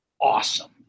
Awesome